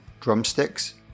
drumsticks